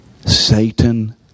Satan